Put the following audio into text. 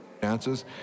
chances